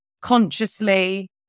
consciously